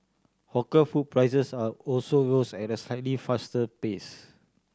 hawker food prices are also rose at a slightly faster pace